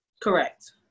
Correct